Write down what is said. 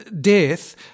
death